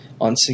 On